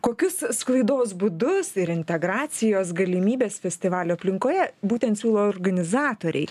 kokius sklaidos būdus ir integracijos galimybes festivalio aplinkoje būtent siūlo organizatoriai